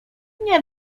nie